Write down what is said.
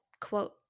quote